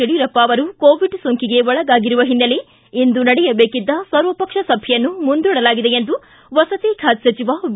ಯಡಿಯೂರಪ್ಪ ಅವರು ಕೋವಿಡ್ ಸೋಂಕಿಗೆ ಒಳಗಾಗಿರುವ ಹಿನ್ನೆಲೆ ಇಂದು ನಡೆಯಬೇಕಿದ್ದ ಸರ್ವಪಕ್ಷ ಸಭೆಯನ್ನು ಮುಂದೂಡಲಾಗಿದೆ ಎಂದು ವಸತಿ ಖಾತೆ ಸಚಿವ ವಿ